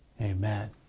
Amen